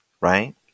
right